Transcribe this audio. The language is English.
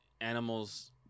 animals